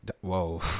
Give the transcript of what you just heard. Whoa